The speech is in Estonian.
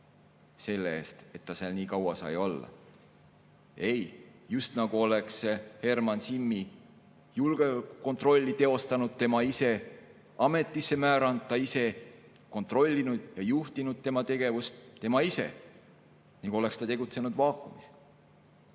selle eest, et ta nii kaua sai olla? Ei! Just nagu oleks Herman Simmi julgeolekukontrolli teostanud tema ise, ametisse määranud ta ise, kontrollinud ja juhtinud tema tegevust tema ise – nagu oleks ta tegutsenud vaakumis.